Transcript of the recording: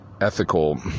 ethical